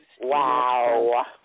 Wow